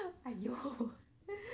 !aiyo!